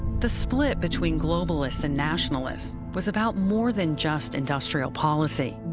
the split between globalists and nationalists was about more than just industrial policy.